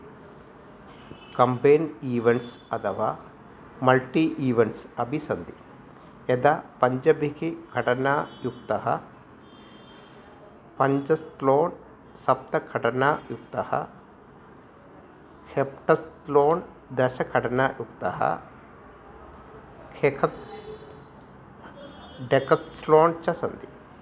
कम्पेन् events अथवा multi events अपि सन्ति यदा पञ्चभिः घटनायुक्तः पञ्च स्लोट् सप्तघटनायुक्तः ह्यप्टस् लोण् दशघटनायुक्तः खेखप् डेकत्सोण् च सन्ति